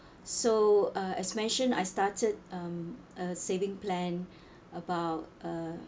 so uh as mentioned I started um a saving plan about uh